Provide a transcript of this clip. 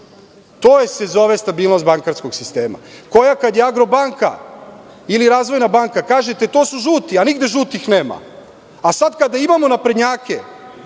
To se zove stabilnost bankarskog sistema, za koju kada je „Agrobanka“ ili „Razvojna banka“ kažete – to su žuti, a nigde žutih nema. Sada kada imamo naprednjake,